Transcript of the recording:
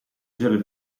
zullen